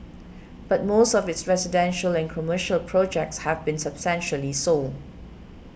but most of its residential and commercial projects have been substantially sold